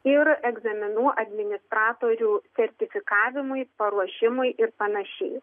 ir egzaminų administratorių sertifikavimui paruošimui ir panašiai